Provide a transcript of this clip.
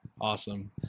Awesome